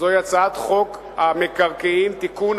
זוהי הצעת חוק המקרקעין (תיקון,